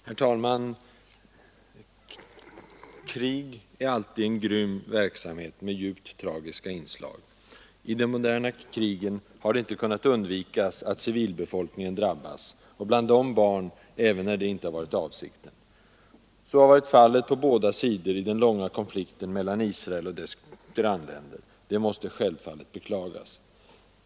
Herr talman! Krig är alltid en grym verksamhet med djupt tragiska inslag. I de moderna krigen har det inte kunnat undvikas att civilbefolkningen drabbats, däribland barn, även när detta inte har varit avsikten. Så har varit fallet på båda sidor i den långa konflikten mellan Israel och dess grannländer. Det måste självfallet beklagas.